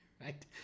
right